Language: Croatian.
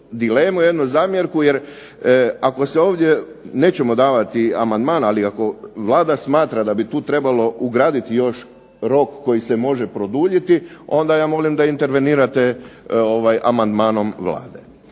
dilemu, jednu zamjerku, jer ako se ovdje, nećemo davati amandman, ali ako Vlada smatra da bi tu trebalo ugraditi još rok koji se može produljiti, onda ja molim da intervenirate amandmanom Vlade.